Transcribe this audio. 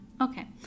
Okay